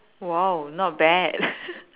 !wow! not bad